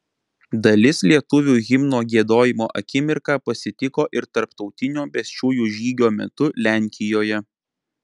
dalis lietuvių himno giedojimo akimirką pasitiko ir tarptautinio pėsčiųjų žygio metu lenkijoje